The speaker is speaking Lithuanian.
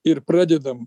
ir pradedam